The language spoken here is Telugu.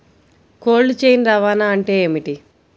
కోల్డ్ చైన్ రవాణా అంటే ఏమిటీ?